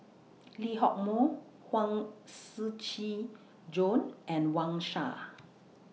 Lee Hock Moh Huang Shiqi Joan and Wang Sha